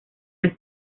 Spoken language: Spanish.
las